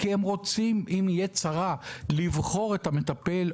כי הם רוצים שאם תהיה צרה הם יוכלו לבחור את המטפל,